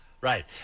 Right